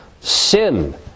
Sin